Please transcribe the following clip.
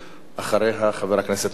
אחריה, חבר הכנסת נחמן שי.